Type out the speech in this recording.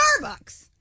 Starbucks